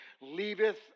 leaveth